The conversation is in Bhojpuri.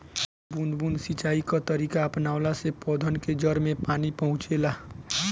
बूंद बूंद सिंचाई कअ तरीका अपनवला से पौधन के जड़ में पानी पहुंचेला